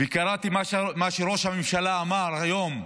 וקראתי מה שראש הממשלה אמר היום,